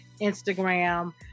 Instagram